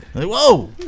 Whoa